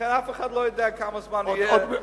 לכן אף אחד לא יודע כמה זמן הוא יהיה.